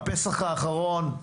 הפסח האחרון,